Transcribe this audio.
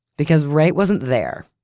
because wright wasn't there.